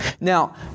Now